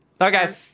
Okay